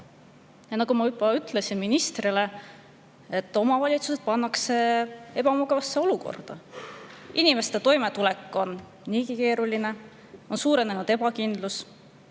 Nagu ma juba ütlesin ministrile: omavalitsused pannakse ebamugavasse olukorda. Inimeste toimetulek on niigi keeruline, ebakindlus